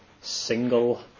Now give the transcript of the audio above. single